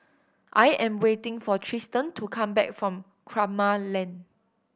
I am waiting for Tristen to come back from Kramat Lane